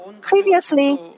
Previously